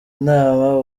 inama